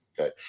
okay